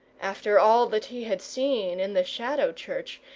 after all that he had seen in the shadow-church,